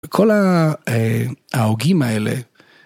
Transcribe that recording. כל ההוגים האלה.